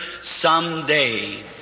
someday